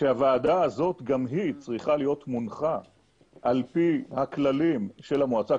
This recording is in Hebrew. כשהוועדה הזאת גם היא צריכה להיות מונחה על פי הכללים של המועצה,